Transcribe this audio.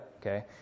okay